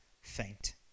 faint